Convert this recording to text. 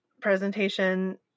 presentation